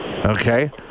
Okay